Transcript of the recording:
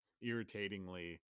irritatingly